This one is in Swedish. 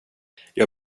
jag